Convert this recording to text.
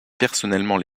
personnellement